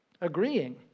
agreeing